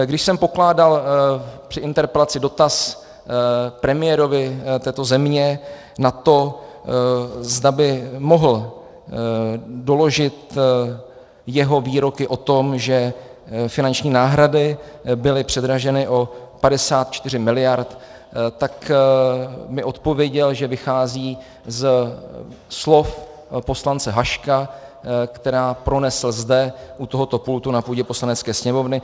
Když jsem pokládal při interpelaci dotaz premiérovi této země na to, zda by mohl doložit své výroky o tom, že finanční náhrady byly předraženy o 54 mld., tak mi odpověděl, že vychází ze slov poslance Haška, která pronesl zde u tohoto pultu na půdě Poslanecké sněmovny.